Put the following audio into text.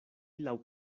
laŭ